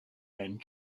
and